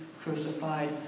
crucified